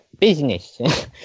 business